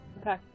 Okay